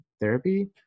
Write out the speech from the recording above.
therapy